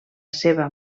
seva